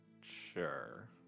sure